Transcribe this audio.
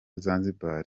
zanzibar